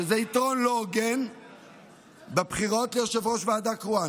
שזה יתרון לא הוגן בבחירות ליושב-ראש ועדה קרואה,